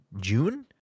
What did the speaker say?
June